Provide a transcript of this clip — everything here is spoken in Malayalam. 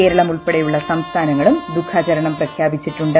കേരളം ഉൾപ്പെടെയു ള്ള സംസ്ഥാനങ്ങളും ദുഃഖാചരണം പ്രഖ്യാപിച്ചിട്ടുണ്ട്